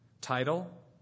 Title